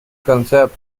concept